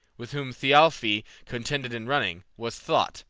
with whom thialfi contended in running, was thought,